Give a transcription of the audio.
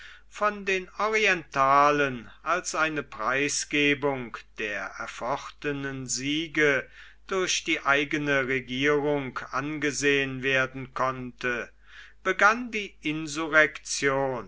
von den orientalen als eine preisgebung der erfochtenen siege durch die eigene regierung angesehen werden konnte begann die